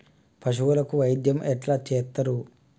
పశువులకు వైద్యం ఎట్లా చేత్తరు?